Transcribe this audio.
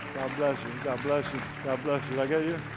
bless you, god bless you. god bless like ah you.